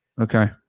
okay